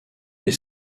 des